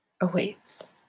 awaits